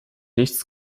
nichts